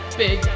big